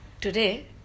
Today